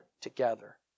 together